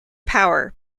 power